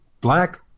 black